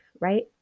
right